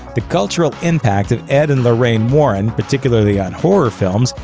the cultural impact of ed and lorraine warren, particularly on horror films,